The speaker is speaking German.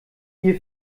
ihr